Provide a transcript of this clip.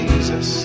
Jesus